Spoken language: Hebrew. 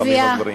הלוחמים הגברים.